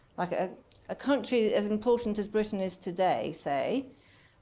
like a ah country as important as britain is today, say,